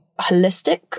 holistic